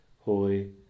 holy